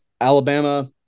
Alabama